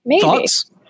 Thoughts